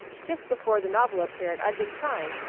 just before the novel appeared i'd been trying,